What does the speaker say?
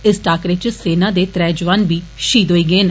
इस टाकरे च सेना दे त्रै जोआन बी शहीद होई गे न